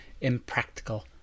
impractical